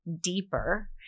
deeper